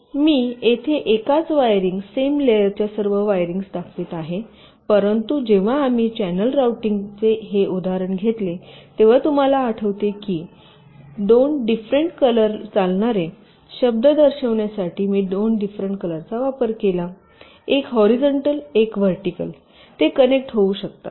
मी येथे एकाच wiring same लेयरच्या सर्व वायरिंग्ज दाखवित आहे परंतु जेव्हा आम्ही चॅनेल रूटिंग चे हे उदाहरण घेतले तेव्हा तुम्हाला आठवते की 2 डिफरेंट कलर चालणारे शब्द दर्शविण्यासाठी मी दोन डिफरेंट कलरचा वापर केला एक हॉरीझॉन्टल एक व्हर्टिकल ते कनेक्ट होऊ शकतात